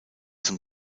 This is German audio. zum